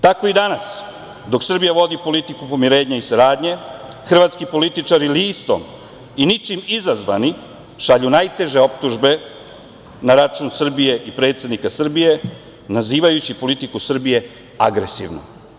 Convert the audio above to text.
Tako i danas, dok Srbija vodi politiku pomirenja i saradnje, hrvatski političar i listom i ničim izazvani šalju najteže optužbe na račun Srbije i predsednika Srbije nazivajući politiku Srbije agresivnom.